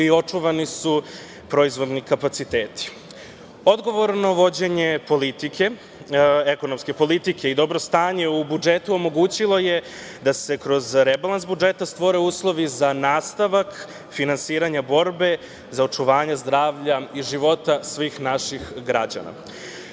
i očuvani su proizvodni kapaciteti. Odgovorno vođenje politike ekonomske i dobro stanje u budžetu omogućilo je da se kroz rebalans budžeta stvore uslovi za nastavak finansiranja borbe za očuvanje zdravlja i života svih naših građana. Pored